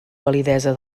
validesa